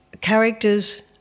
characters